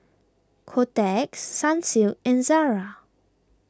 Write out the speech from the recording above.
Kotex Sunsilk and Zara